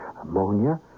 ammonia